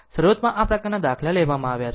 શરૂઆતમાં આ પ્રકારના દાખલા લેવામાં આવ્યા છે